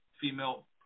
female